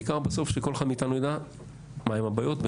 בעיקר בסוף שכל אחד מאיתנו יידע מה הן הבעיות.